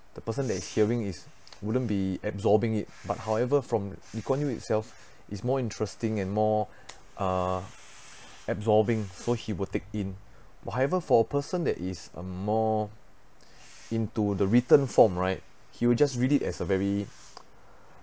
the person that hearing is wouldn't be absorbing it but however from lee kuan yew itself is more interesting and more uh absorbing so he will take in however for a person that is um more into the written form right he will just read it as a very